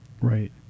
Right